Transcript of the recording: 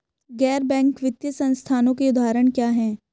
गैर बैंक वित्तीय संस्थानों के उदाहरण क्या हैं?